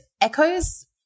echoes